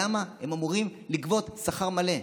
למה הם אמורים לגבות שכר מלא?